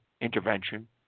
intervention